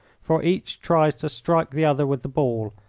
for each tries to strike the other with the ball,